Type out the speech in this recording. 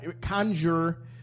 Conjure